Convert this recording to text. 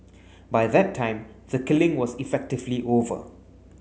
by that time the killing was effectively over